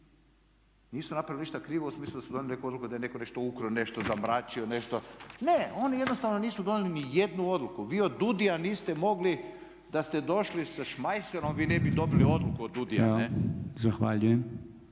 Nisu napravili ništa krivo u smislu da su donijeli neku odluku da je netko nešto ukrao, nešto zamračio, nešto. Ne, oni jednostavno nisu donijeli ni jednu odluku. Vi od DUDI-a niste mogli da ste došli sa šmajserom vi ne bi dobili odluku od DUDI-a. …/Upadica